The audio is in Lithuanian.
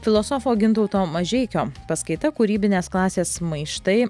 filosofo gintauto mažeikio paskaita kūrybinės klasės maištai